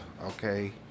Okay